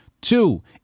Two